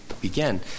began